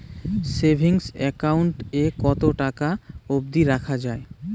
Savings account এ কতো টাকা অব্দি রাখা যায়?